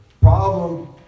Problem